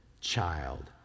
child